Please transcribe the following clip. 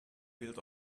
built